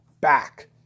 back